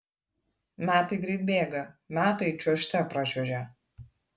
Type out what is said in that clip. metai greit bėga metai čiuožte pračiuožia